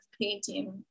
painting